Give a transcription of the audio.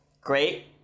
great